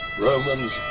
Romans